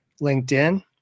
linkedin